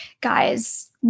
guy's